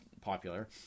popular